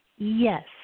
Yes